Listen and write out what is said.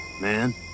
man